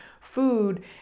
food